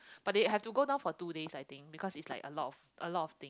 but they have to go down for two days I think because it's a lot of a lot of thing